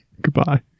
Goodbye